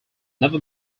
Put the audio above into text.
never